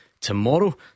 tomorrow